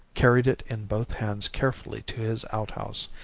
carried it in both hands carefully to his outhouse,